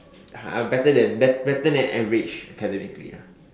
uh better than bet~ better than average academically ya